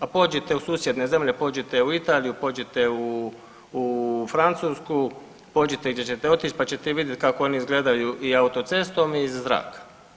A pođite u susjedne zemlje, pođite u Italiju, pođite u Francusku, pođite gdje ćete otići pa ćete vidjeti kako oni izgledaju i autocestom i iz zraka.